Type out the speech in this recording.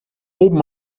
oben